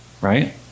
right